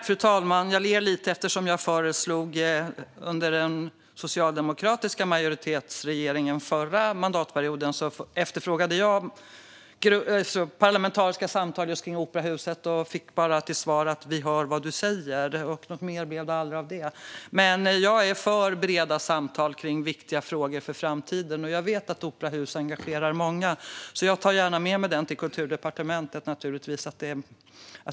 Fru talman! Jag ler lite här eftersom jag under förra mandatperioden föreslog parlamentariska samtal om operahuset för den socialdemokratiska majoritetsregeringen, och jag fick till svar att man hör vad jag säger. Något mer blev det aldrig av det. Jag är för breda samtal om viktiga frågor för framtiden, och jag vet att operahuset engagerar många. Jag tar gärna med mig att många är engagerade till Kulturdepartementet.